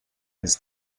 has